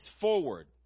forward